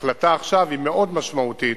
ההחלטה עכשיו היא מאוד משמעותית